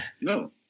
No